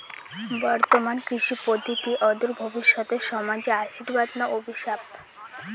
বর্তমান কৃষি পদ্ধতি অদূর ভবিষ্যতে সমাজে আশীর্বাদ না অভিশাপ?